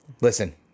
Listen